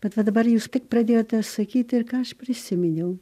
bet va dabar jūs tik pradėjote sakyti ir ką aš prisiminiau